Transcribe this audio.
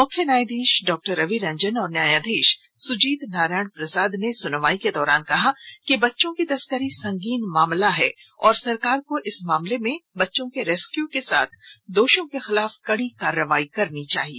मुख्य न्यायधीश डॉ रवि रंजन और न्यायधीश सुजीत नारायण प्रसाद ने सुनवाई के दौरान कहा कि बच्चों की तस्करी संगीन मामला है और सरकार को इस मामले में बच्चों के रेस्क्यू के साथ दोषियों के खिलाफ कड़ी कार्रवाई करनी चाहिए